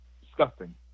Disgusting